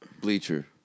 bleacher